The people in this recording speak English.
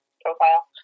profile